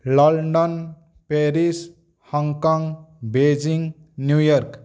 London Paris Hong Kong Beijing New York